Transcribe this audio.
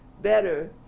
better